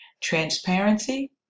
Transparency